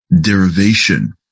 derivation